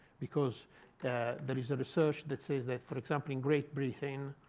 because there is research that says that, for example, in great britain,